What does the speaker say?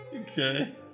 Okay